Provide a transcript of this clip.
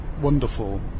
wonderful